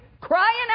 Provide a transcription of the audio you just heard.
crying